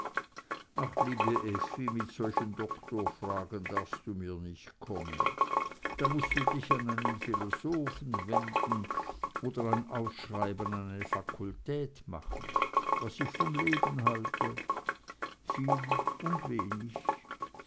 ach liebe effi mit solchen doktorfragen darfst du mir nicht kommen da mußt du dich an einen philosophen wenden oder ein ausschreiben an eine fakultät machen was ich vom leben halte viel und wenig